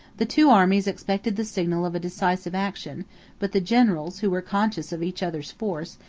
the two armies expected the signal of a decisive action but the generals, who were conscious of each other's force,